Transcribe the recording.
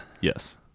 Yes